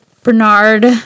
Bernard